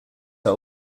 are